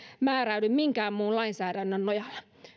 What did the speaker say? määräydy minkään muun lainsäädännön nojalla